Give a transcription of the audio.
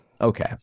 Okay